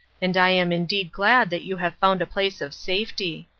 and i am indeed glad that you have found a place of safety.